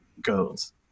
goes